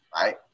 right